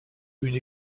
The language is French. une